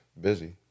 Busy